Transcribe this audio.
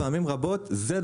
פעמים רבות זה,